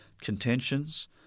contentions